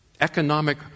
Economic